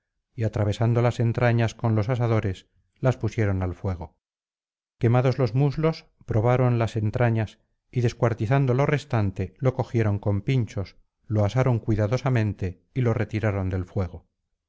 y atravesando las entrañas con los asadores las pusieron al fuego quemados los muslos probaron las entrañas y descuartizando lo restante lo cogieron con pinchos lo asaron cuidadosamente y lo retiraron del fuego